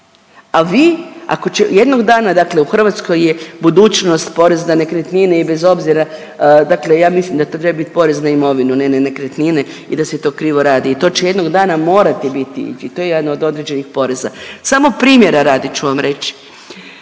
a vi ako će, jednog dana u Hrvatskoj je budućnost porez na nekretnine i bez obzira dakle ja mislim da to treba bit porez na imovinu, a ne na nekretnine i da se to krivo radi i to će jednog dana morati biti i to je jedan od određenih poreza. Samo primjera radi ću vam reći.